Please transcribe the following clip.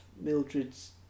Mildred's